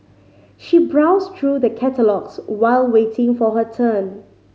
she browsed through the catalogues while waiting for her turn